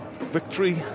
victory